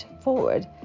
forward